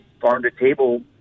farm-to-table